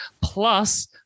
plus